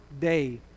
day